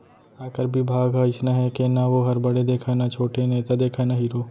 आयकर बिभाग ह अइसना हे के ना वोहर बड़े देखय न छोटे, नेता देखय न हीरो